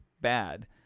bad